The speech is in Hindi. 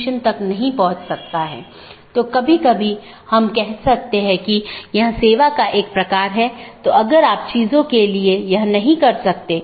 इसलिए अगर हम फिर से इस आंकड़े पर वापस आते हैं तो यह दो BGP स्पीकर या दो राउटर हैं जो इस विशेष ऑटॉनमस सिस्टमों के भीतर राउटरों की संख्या हो सकती है